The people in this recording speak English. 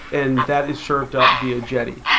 and that is served up via jetty.